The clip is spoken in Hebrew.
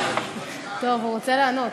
טוב, הוא רוצה לענות.